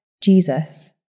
Jesus